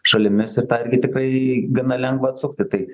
šalimis ir tą irgi tikrai gana lengva atsukti tai